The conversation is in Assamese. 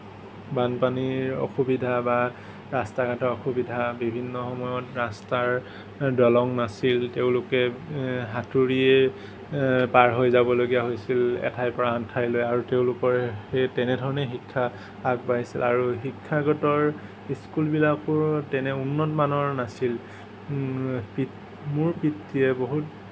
বানপানীৰ অসুবিধা বা ৰাস্তা ঘাটৰ অসুবিধা বিভিন্ন সময়ত ৰাস্তাৰ দলং নাছিল তেওঁলোকে সাঁতুৰিয়েই পাৰ হৈ যাব লগীয়া হৈছিল এঠাইৰ পৰা আন ঠাইলৈ আৰু তেওঁলোকৰ সেই তেনেধৰণে শিক্ষা আগবাঢ়িছিল আৰু শিক্ষাগতৰ স্কুলবিলাকৰো তেনে উন্নতমানৰ নাছিল পিত মোৰ পিতৃয়ে বহুত